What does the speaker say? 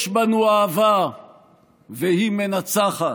יש בנו אהבה והיא מנצחת.